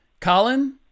Colin